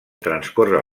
transcorre